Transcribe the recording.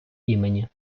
імені